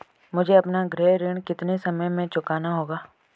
मुझे अपना गृह ऋण कितने समय में चुकाना होगा?